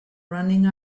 running